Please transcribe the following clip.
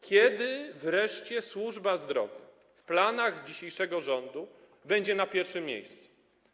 Kiedy wreszcie służba zdrowia w planach obecnego rządu będzie na pierwszym miejscu?